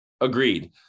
Agreed